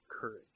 courage